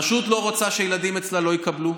רשות לא רוצה שהילדים אצלה לא יקבלו,